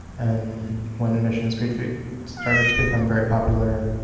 and when mission street food started to become very popular,